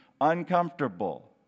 uncomfortable